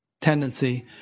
tendency